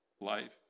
life